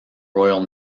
royal